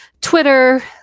Twitter